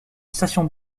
station